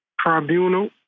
Tribunal